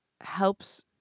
helps